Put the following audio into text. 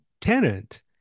tenant